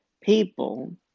people